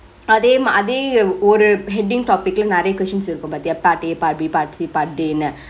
அதே அதே ஒரு:athe athe oru headingk topic ல நெரைய:le neraiyaa questions இருக்கு பாத்தியா:iruuku paathiyaa part A part B part C part D னு:nu